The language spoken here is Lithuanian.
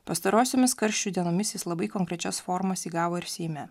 pastarosiomis karščių dienomis jis labai konkrečias formas įgavo ir seime